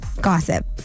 Gossip